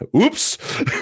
Oops